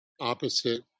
opposite